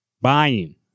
buying